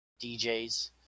DJs